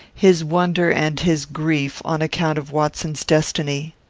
his wonder and his grief on account of watson's destiny.